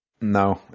No